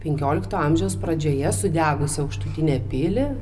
penkiolikto amžiaus pradžioje sudegus aukštutinę pilį